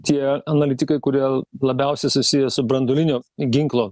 tie analitikai kurie labiausiai susiję su branduolinio ginklo